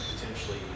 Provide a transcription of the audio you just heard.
potentially